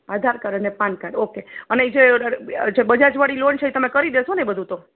આધાર card અને PAN card okay અને જે જે બજાજવાળી લોન છે ઈ તમે કરી દેસોને બધું તો